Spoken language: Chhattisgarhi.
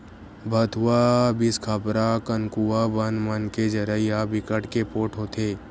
भथुवा, बिसखपरा, कनकुआ बन मन के जरई ह बिकट के पोठ होथे